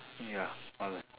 ya